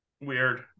Weird